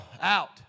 out